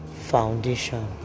foundation